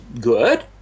good